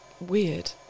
weird